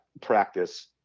practice